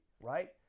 right